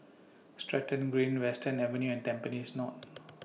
Stratton Green Western Avenue and Tampines North